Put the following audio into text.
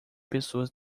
pessoas